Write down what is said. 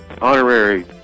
honorary